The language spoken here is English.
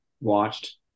watched